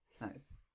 Nice